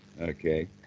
Okay